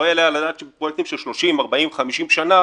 לא יעלה על הדעת שבפרויקטים של 30, 40, 50 שנה,